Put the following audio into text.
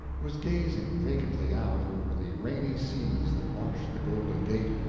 was gazing vacantly out over the rainy seas that washed the golden gate,